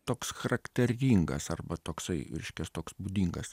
toks charakteringas arba toksai reiškias toks būdingas